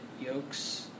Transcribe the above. yolks